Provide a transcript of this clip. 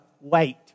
wait